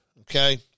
Okay